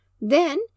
Then